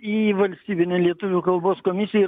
į valstybinę lietuvių kalbos komisiją